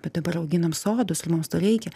bet dabar auginam sodus mums to reikia